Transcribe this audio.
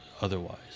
otherwise